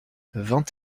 vingt